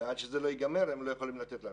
ועד שזה לא ייגמר, הם לא יכולים לתת לנו.